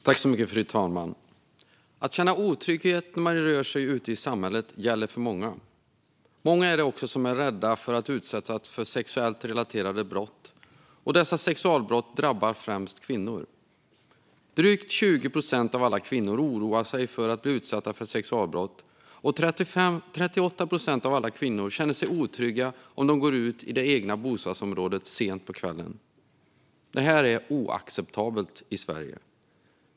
Fru talman! Många känner otrygghet när de rör sig ute i samhället. Många är också rädda för att utsättas för sexuellt relaterade brott. Dessa sexualbrott drabbar främst kvinnor. Drygt 20 procent av alla kvinnor oroar sig för att bli utsatta för sexualbrott, och 38 procent av alla kvinnor känner sig otrygga om de går ut i det egna bostadsområdet sent på kvällen. Detta är oacceptabelt i Sverige.